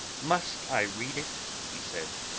must i read it? he said,